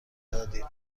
دادیم